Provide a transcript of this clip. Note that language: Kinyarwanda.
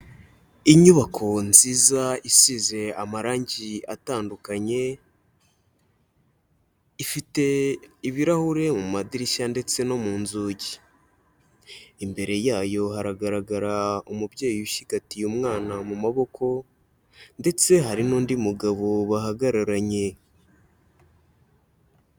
Inyubako nziza isize amarangi atandukanye, ifite ibirahure mu madirishya ndetse no mu nzugi, imbere yayo haragaragara umubyeyi ushyigatiye umwana mu maboko ndetse hari n'undi mugabo bahagararanye.